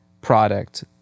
product